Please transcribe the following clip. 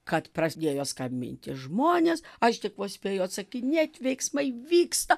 kad prasidėjo skambinti žmonės aš tik vos tik spėju atsakinėt veiksmai vyksta